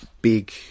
big